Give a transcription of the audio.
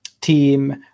team